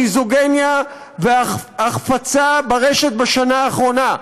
מיזוגניה והחפצה ברשת בשנה האחרונה.